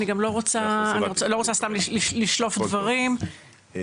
אני לא רוצה סתם לשלוף דברים,